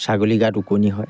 ছাগলীৰ গাত ওকণি হয়